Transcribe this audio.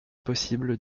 possible